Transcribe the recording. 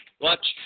Watch